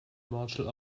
martial